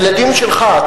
הילדים שלך.